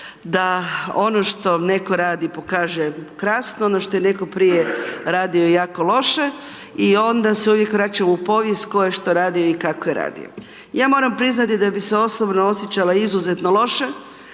da ono što netko radi, pokaže krasno, ono što je netko prije radio je jako loše. I onda se uvijek vračam u povijest tko je šta radio i kako je radio. Ja moram priznati da bi se osobno osjećala izuzetno loše,